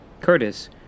Curtis